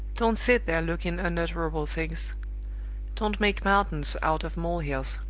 don't sit there looking unutterable things don't make mountains out of mole-hills.